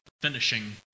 finishing